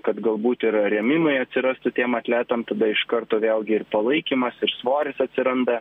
kad galbūt ir rėmimai atsirastų tiem atletam tada iš karto vėlgi ir palaikymas ir svoris atsiranda